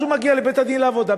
הוא מגיע לבית-הדין לעבודה,